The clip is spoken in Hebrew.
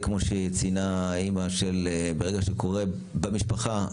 כלומר, ברגע שקורה אסון כזה במשפחה,